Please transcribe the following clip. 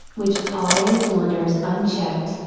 which always wanders unchecked,